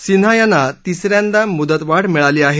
सिन्हा यांना तिस यांदा मुदतवाढ मिळाली आहे